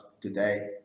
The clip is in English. today